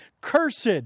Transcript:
Cursed